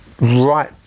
right